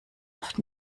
oft